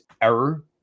error